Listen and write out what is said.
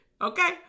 Okay